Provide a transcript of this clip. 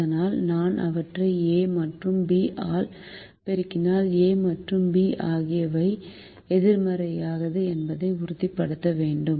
ஆனால் நான் அவற்றை a மற்றும் b ஆல் பெருக்கினால் a மற்றும் b ஆகியவை எதிர்மறையானவை என்பதை உறுதிப்படுத்த வேண்டும்